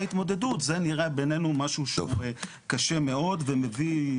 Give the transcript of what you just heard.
התמודדות זה נראה בעינינו משהו קשה מאוד ומביא,